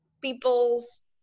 people's